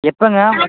எப்போங்க